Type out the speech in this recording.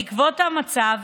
בעקבות המצב,